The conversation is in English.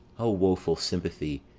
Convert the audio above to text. o woeful sympathy!